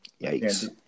Yikes